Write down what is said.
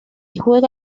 juega